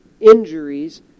injuries